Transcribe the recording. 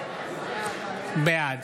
בעד